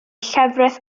llefrith